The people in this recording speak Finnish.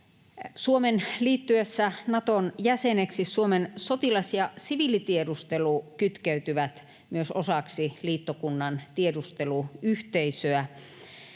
Suomen liittyessä Naton jäseneksi Suomen sotilas- ja siviilitiedustelu kytkeytyvät myös osaksi liittokunnan tiedusteluyhteisöä.